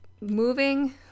moving